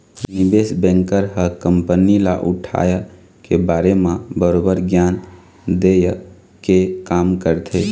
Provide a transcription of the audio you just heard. निवेस बेंकर ह कंपनी ल उठाय के बारे म बरोबर गियान देय के काम करथे